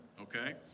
okay